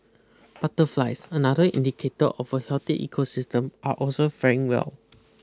butterflies another indicator of a healthy ecosystem are also faring well